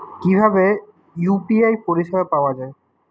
কিভাবে ইউ.পি.আই পরিসেবা পাওয়া য়ায়?